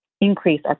increase